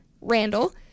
Randall